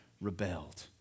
rebelled